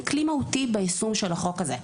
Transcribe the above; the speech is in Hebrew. כלי מהותי ביישום של החוק הזה.